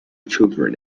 children